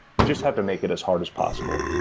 you just have to make it as hard as possible.